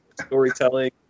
storytelling